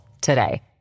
today